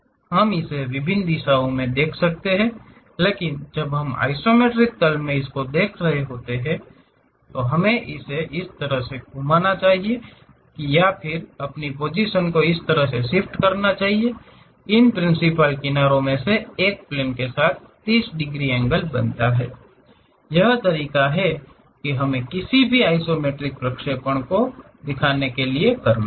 हम इसे विभिन्न दिशाओं में देख सकते हैं लेकिन जब हम आइसोमेट्रिक तल में इसको देख रहे होते हैं तो हमें इस तरह से घूमना होता है कि या हमें अपनी पोजीशन को इस तरह से शिफ्ट करना पड़ता है इन प्रिंसिपल किनारों में से एक प्लेन के साथ 30 डिग्री एंगल बनाता है यही तरीका है हमें किसी भी आइसोमेट्रिक प्रक्षेपणों को दिखाने के लिए करना होगा